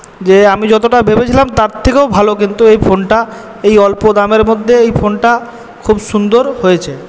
আমি যতটা ভেবেছিলাম তার থেকেও ভালো কিন্তু এই ফোনটা এই অল্প দামের মধ্যে ফোনটা খুব সুন্দর হয়েছে